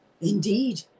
indeed